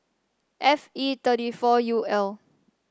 F E thirty four U L